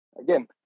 again